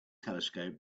telescope